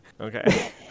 Okay